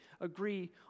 agree